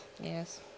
Yes